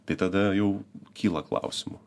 tai tada jau kyla klausimų